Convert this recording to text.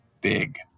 Big